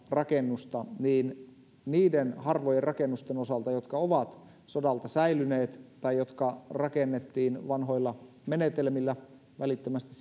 rakennusta niin niiden harvojen rakennusten osalta jotka ovat sodalta säilyneet tai jotka rakennettiin vanhoilla menetelmillä välittömästi